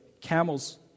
camel's